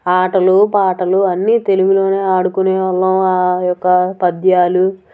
ఆటలూ పాటలూ అన్నీ తెలుగులోనే ఆడుకొనేవాళ్ళము ఆయొక్క పద్యాలు